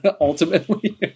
ultimately